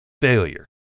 failure